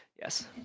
yes